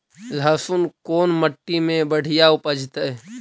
लहसुन कोन मट्टी मे बढ़िया उपजतै?